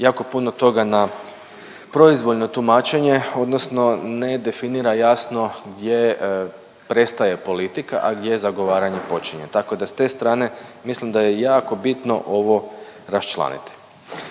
jako puno toga na proizvoljno tumačenje odnosno ne definira jasno gdje prestaje politika, a gdje zagovaranje počinje, tako da s te strane mislim da je jako bitno ovo raščlaniti.